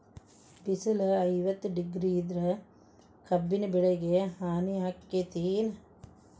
ಬಿಸಿಲ ಐವತ್ತ ಡಿಗ್ರಿ ಇದ್ರ ಕಬ್ಬಿನ ಬೆಳಿಗೆ ಹಾನಿ ಆಕೆತ್ತಿ ಏನ್?